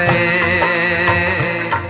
a